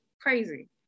crazy